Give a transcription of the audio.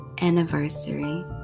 anniversary